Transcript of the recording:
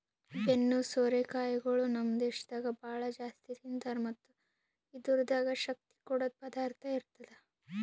ಬೆನ್ನು ಸೋರೆ ಕಾಯಿಗೊಳ್ ನಮ್ ದೇಶದಾಗ್ ಭಾಳ ಜಾಸ್ತಿ ತಿಂತಾರ್ ಮತ್ತ್ ಇದುರ್ದಾಗ್ ಶಕ್ತಿ ಕೊಡದ್ ಪದಾರ್ಥ ಇರ್ತದ